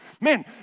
Man